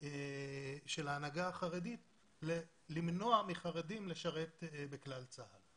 ההנהגה החרדית למנוע מחרדים לשרת בכלל צה"ל.